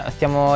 Stiamo